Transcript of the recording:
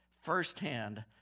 firsthand